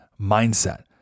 mindset